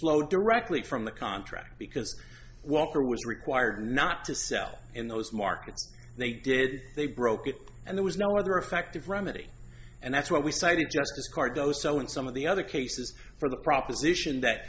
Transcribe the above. flow directly from the contract because walker was required not to sell in those markets they did they broke it and there was no other effective remedy and that's what we cited justice cardoso in some of the other cases for the proposition that